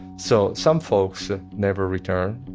so, some folks never returned.